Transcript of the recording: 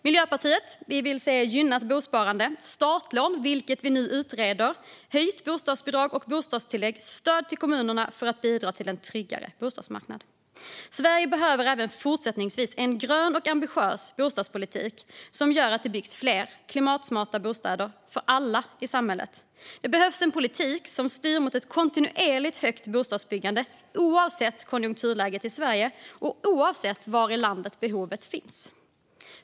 Miljöpartiet vill se ett gynnat bosparande, startlån, vilket vi nu utreder, höjt bostadsbidrag och bostadstillägg samt stöd till kommunerna för att bidra till en tryggare bostadsmarknad. Sverige behöver även fortsättningsvis en grön och ambitiös bostadspolitik som gör att det byggs fler klimatsmarta bostäder för alla i samhället. Det behövs en politik som styr mot ett kontinuerligt högt bostadsbyggande oavsett konjunkturläge i Sverige och oavsett var i landet behovet finns.